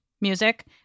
music